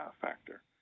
factor